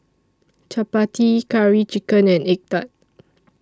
Chappati Curry Chicken and Egg Tart